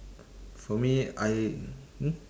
for me I hmm